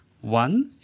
One